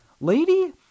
lady